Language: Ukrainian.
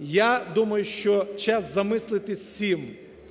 Я думаю, що час замислитися всім,